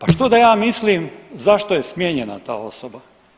A što da ja mislim zašto je smijenjena ta osoba?